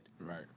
Right